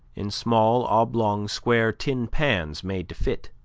in small oblong-square tin pans, made to fit,